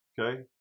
Okay